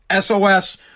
SOS